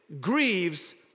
grieves